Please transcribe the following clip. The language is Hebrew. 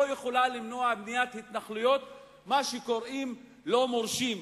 לא יכולה למנוע בניית התנחלויות מה שקוראים לא מורשות,